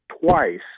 twice